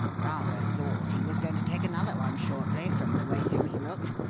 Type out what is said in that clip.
rather thought he was going to take another one shortly, from the way things looked.